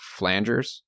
flangers